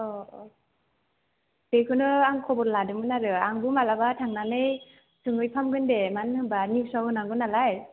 बेखौनो आं खबर लादोंमोन आरो आंबो मालाबा थांनानै सोंहै फागोन दे मानो होनोबा निउसआव होनांगौ नालाय